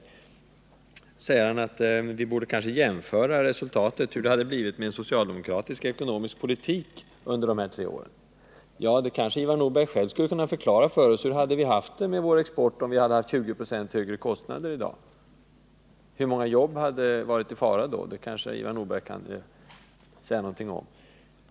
Ivar Nordberg säger att vi borde jämföra hur resultaten hade blivit med en socialdemokratisk ekonomisk politik under de här tre åren. Ja, Ivar Nordberg kanske skulle kunna förklara för oss hur det skulle ha gått med vår export, om vi hade haft 20 96 högre kostnader än vi har i dag. Hur många jobb hade varit i fara då? Det kanske Ivar Nordberg kan säga något om.